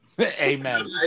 Amen